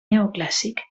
neoclàssic